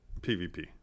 pvp